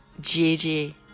Gigi